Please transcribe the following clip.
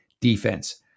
defense